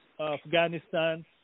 Afghanistan